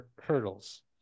hurdles